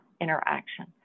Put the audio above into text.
interaction